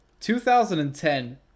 2010